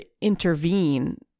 intervene